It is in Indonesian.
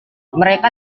mereka